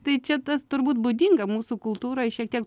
tai čia tas turbūt būdinga mūsų kultūrai šiek tiek